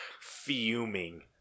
fuming